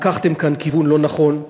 לקחתם כאן כיוון לא נכון.